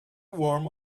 warm